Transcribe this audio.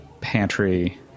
pantry